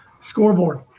scoreboard